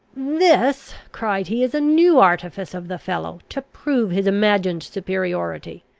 this, cried he, is a new artifice of the fellow, to prove his imagined superiority.